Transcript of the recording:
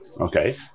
okay